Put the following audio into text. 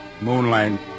Moonlight